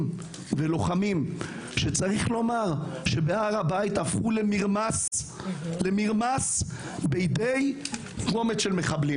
ולוחמים שצריך לומר שהפכו למרמס בהר הבית בידי מחבלים.